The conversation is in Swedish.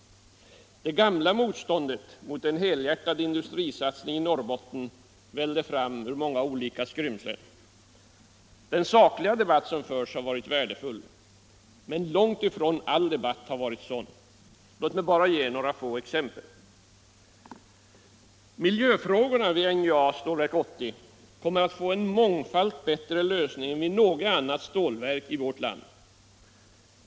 Det gamla motståndet mot en helhjärtad industrisatsning i Norrbotten vällde fram ur många olika skrymslen. Den sakliga debatt som förts har varit värdefull, men långt ifrån all debatt har varit sådan. Låt mig bara ge några få exempel: Miljöfrågorna vid NJA /Stålverk 80 kommer att få en mångfalt bättre lösning än vid något annat stålverk i vårt land.